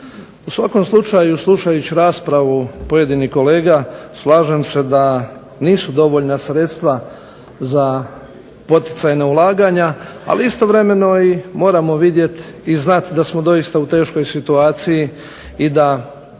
U svakom slučaju slušajući raspravu pojedinih kolega slažem se da nisu dovoljna sredstva za poticajna ulaganja ali istovremeno moramo vidjeti i znati da smo u teškoj situaciji i da